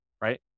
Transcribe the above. right